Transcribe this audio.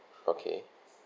okay